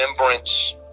remembrance